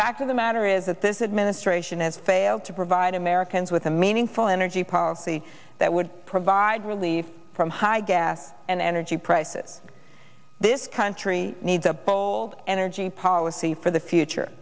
fact of the matter is that this administration has failed to provide americans with a meaningful energy policy that would provide relief from high gas and energy prices this country needs a bold energy policy for the future